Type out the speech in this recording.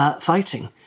fighting